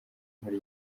muri